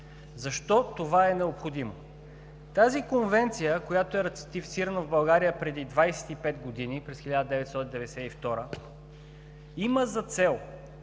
Защо това е необходимо? Тази конвенция, която е ратифицирана в България преди 25 години – през 1992 г., има за цел